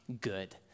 good